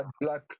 Black